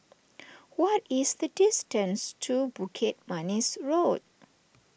what is the distance to Bukit Manis Road